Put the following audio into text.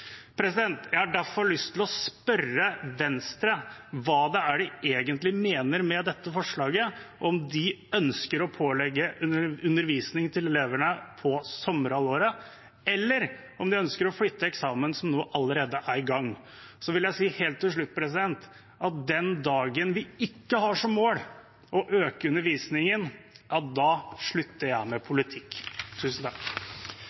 Jeg har derfor lyst til å spørre Venstre hva det er de egentlig mener med dette forslaget? Ønsker de å pålegge undervisning til elevene i sommerhalvåret, eller om de ønsker å flytte eksamen, som nå allerede er i gang? Og jeg vil si helt til slutt at den dagen vi ikke har som mål å øke undervisningen, ja da slutter jeg med